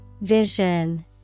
Vision